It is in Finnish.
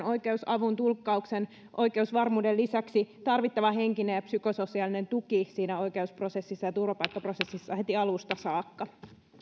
oikeusavun tulkkauksen oikeusvarmuuden lisäksi tarvittava henkinen ja psykososiaalinen tuki siinä oikeusprosessissa ja turvapaikkaprosessissa heti alusta saakka